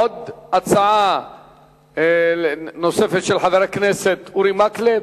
עוד הצעה נוספת, של חבר הכנסת אורי מקלב.